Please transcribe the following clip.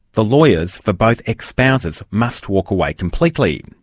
the lawyers for both ex-spouses must walk away completely.